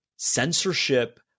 Censorship